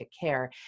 care